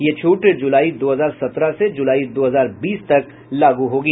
यह छूट जुलाई दो हजार सत्रह से जुलाई दो हजार बीस तक लागू होगी